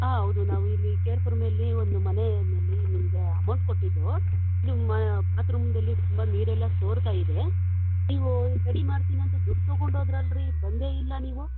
ಹಾಂ ಹೌದು ನಾವು ಇಲ್ಲಿ ಕೆ ಆರ್ ಪುರಮ್ನಲ್ಲಿ ಒಂದು ಮನೆಯಲ್ಲಿ ನಿಮಗೆ ಅಮೌಂಟ್ ಕೊಟ್ಟಿದ್ದೆವು ನಮ್ಮ ಬಾತ್ರೂಮ್ದಲ್ಲಿ ತುಂಬ ನೀರೆಲ್ಲಾ ಸೋರ್ತಾಯಿದೆ ನೀವು ರೆಡಿ ಮಾಡ್ತೀನಿ ಅಂತ ದುಡ್ಡು ತೊಗೊಂಡು ಹೋದ್ರಲ್ರಿ ಬಂದೇ ಇಲ್ಲ ನೀವು